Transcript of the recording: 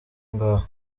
ngaha